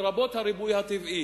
לרבות הריבוי הטבעי.